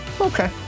Okay